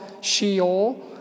Sheol